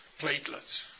platelets